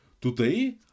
Today